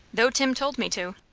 though tim told me to.